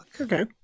Okay